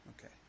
Okay